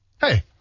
hey